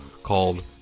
called